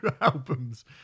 albums